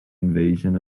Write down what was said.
invasion